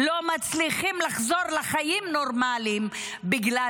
לא מצליחים לחזור לחיים נורמליים בגלל